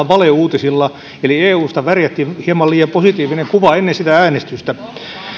valeuutisilla eli eusta värjättiin hieman liian positiivinen kuva ennen sitä äänestystä